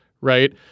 right